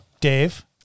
Dave